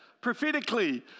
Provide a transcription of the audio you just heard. prophetically